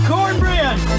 Cornbread